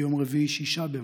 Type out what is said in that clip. ביום רביעי, 6 במאי,